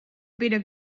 better